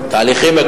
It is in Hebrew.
אריאל,